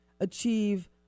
achieve